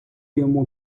йому